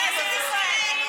את לא מכבדת את כנסת ישראל.